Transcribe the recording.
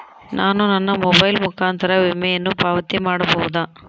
ನಾನು ನನ್ನ ಮೊಬೈಲ್ ಮುಖಾಂತರ ವಿಮೆಯನ್ನು ಪಾವತಿ ಮಾಡಬಹುದಾ?